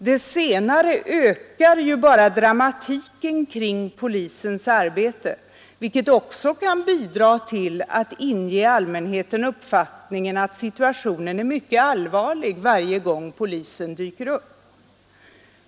Det senare ökar ju bara dramatiken kring polisens arbete, vilket också kan bidra till att inge allmänheten uppfattningen att situationen är mycket allvarlig varje gång polisen dyker upp.